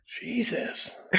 Jesus